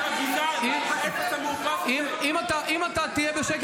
שנייה --- לא צריך לשמוע,